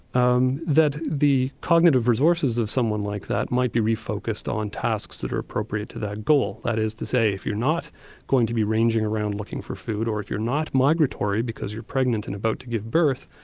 um that the cognitive resources of someone like that might be re-focussed on tasks that are appropriate to that goal. that is to say if you're not going to be ranging around looking for food, or you're not migratory because you're pregnant and about to give birth,